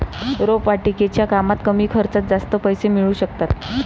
रोपवाटिकेच्या कामात कमी खर्चात जास्त पैसे मिळू शकतात